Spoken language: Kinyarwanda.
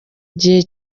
gihe